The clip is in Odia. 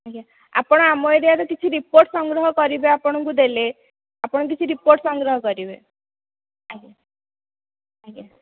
ଆଜ୍ଞା ଆପଣ ଆମ ଏରିଆର କିଛି ରିପୋର୍ଟ୍ ସଂଗ୍ରହ କରିବେ ଆପଣଙ୍କୁ ଦେଲେ ଆପଣ କିଛି ରିପୋର୍ଟ୍ ସଂଗ୍ରହ କରିବେ ଆଜ୍ଞା ଆଜ୍ଞା